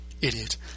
Idiot